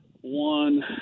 one